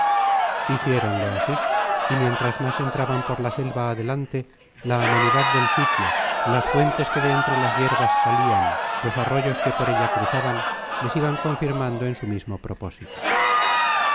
roma hicieronlo así y miéntras más entraban por la selva adelante la amenidad del sitio las fuentes que de entre las yerbas salian los arroyos que por ella cruzaban les iban confirmando en su mismo propósito